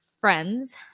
Friends